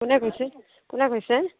কোনে কৈছে কোনে কৈছে